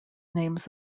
names